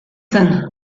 zen